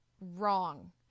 wrong